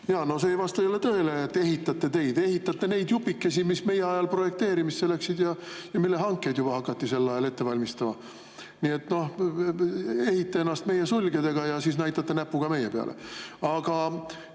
No see ei vasta jälle tõele, et ehitate teid. Ehitate neid jupikesi, mis meie ajal projekteerimisse läksid ja mille hankeid hakati juba sel ajal ette valmistama. Nii et te ehite ennast meie sulgedega ja siis näitate näpuga meie peale. Aga